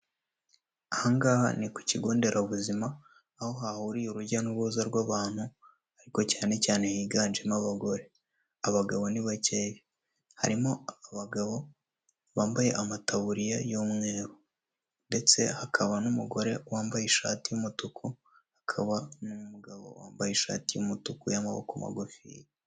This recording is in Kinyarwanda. Aha ngaha ni ku kigonderabuzima aho hahuriye urujya n'uruza rw'abantu ariko cyane cyane higanjemo abagore, abagabo bakeya. Harimo abagabo bambaye amataburiya y'umweru ndetse hakaba n'umugore wambaye ishati y'umutuku, hakaba n'umugabo wambaye ishati y'umutuku y'amaboko magufi.